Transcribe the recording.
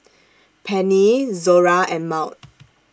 Pennie Zora and Maud